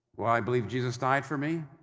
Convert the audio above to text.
well, i believe jesus died for me.